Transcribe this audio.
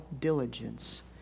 diligence